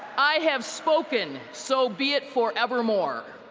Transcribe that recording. i have spoken. so be it forever more.